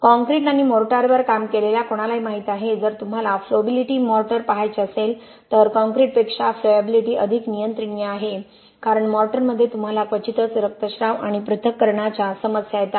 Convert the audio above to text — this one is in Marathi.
काँक्रीट आणि मोर्टारवर काम केलेल्या कोणालाही माहीत आहे जर तुम्हाला फ्लोबिलिटी मॉर्टार पहायचे असेल तर कॉंक्रिटपेक्षा फ्लोएबिलिटी अधिक नियंत्रणीय आहे कारण मोर्टारमध्ये तुम्हाला क्वचितच रक्तस्त्राव आणि पृथक्करणच्या समस्या येतात